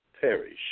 perish